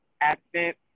accent